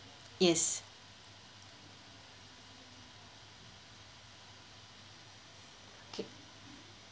yes okay